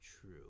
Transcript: True